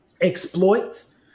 exploits